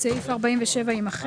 סעיף 47 יימחק.